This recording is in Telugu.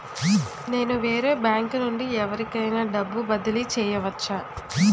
నేను వేరే బ్యాంకు నుండి ఎవరికైనా డబ్బు బదిలీ చేయవచ్చా?